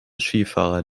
skifahrer